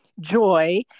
joy